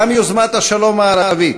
גם יוזמת השלום הערבית,